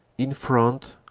in front,